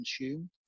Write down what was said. consume